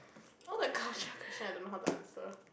all the culture question I don't know how to answer